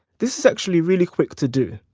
this is actually really quick to do.